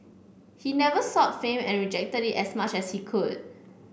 he never sought fame and rejected it as much as he could